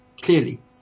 clearly